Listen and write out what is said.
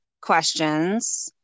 questions